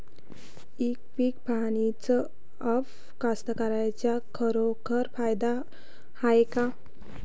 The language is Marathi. इ पीक पहानीचं ॲप कास्तकाराइच्या खरोखर फायद्याचं हाये का?